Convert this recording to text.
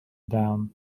down